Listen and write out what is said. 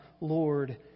Lord